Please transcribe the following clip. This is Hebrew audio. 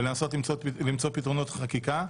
ולנסות למצוא פתרונות חקיקה,